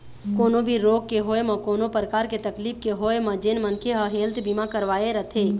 कोनो भी रोग के होय म कोनो परकार के तकलीफ के होय म जेन मनखे ह हेल्थ बीमा करवाय रथे